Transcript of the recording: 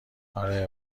آره